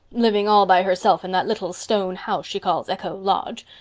living all by herself in that little stone house she calls echo lodge.